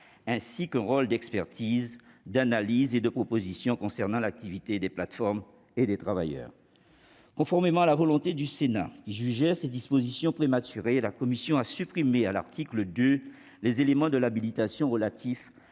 mission d'expertise, d'analyse et de proposition concernant l'activité des plateformes et des travailleurs. Conformément à la volonté du Sénat, qui jugeait ces dispositions prématurées, la commission a supprimé à l'article 2 les éléments de l'habilitation relatifs